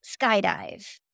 skydive